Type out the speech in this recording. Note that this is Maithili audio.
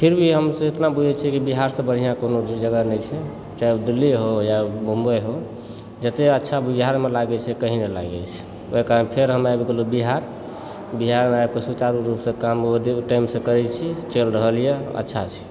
फिर भी हमसभ एतना बुझय छी कि बिहारसँ बढ़िआँ कोनो जगह नहि छै चाहे ओ दिल्ली हो या बम्बई हो जतय अच्छा बिहारमे लागैत छै कहीँ नहि लागैत छै वएह कारण हम फेर आबि गेलहुँ बिहार बिहारमे आबिकऽ सुचारु रुपसँ काम बहुत ओहि टाइमसँ करैत छी चलि रहलए अच्छा छै